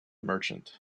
merchant